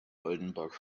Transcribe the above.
oldenburg